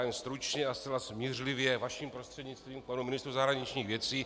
Jen stručně a zcela smířlivě vaším prostřednictvím panu ministru zahraničních věcí.